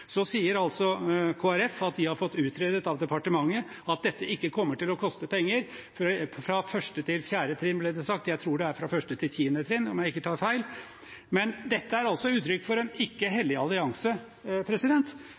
Så sier Kristelig Folkeparti at de har fått utredet av departementet at dette ikke kommer til å koste penger fra 1.–4. trinn, ble det sagt – jeg tror det er fra 1.–10. trinn, om jeg ikke tar feil. Men dette er et uttrykk for en